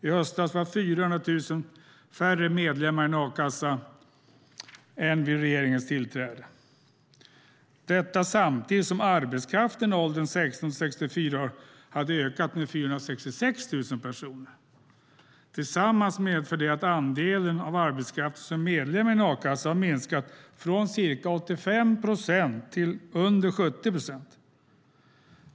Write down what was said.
I höstas var 400 000 färre medlemmar i en a-kassa än vid regeringens tillträde - detta samtidigt som arbetskraften i åldern 16-64 år hade ökat med 466 000 personer. Tillsammans medför det att den andel av arbetskraften som är medlem i en a-kassa har minskat från ca 85 procent till under 70 procent.